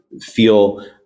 feel